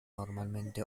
normalmente